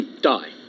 Die